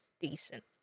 decent